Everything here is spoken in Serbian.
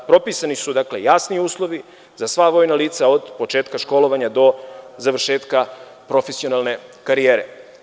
Propisani su jasni uslovi za sva vojna lica od početka školovanja do završetka profesionalne karijere.